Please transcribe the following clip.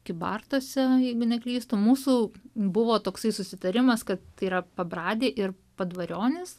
kybartuose jeigu neklystu mūsų buvo toksai susitarimas kad tai yra pabradė ir padvarionys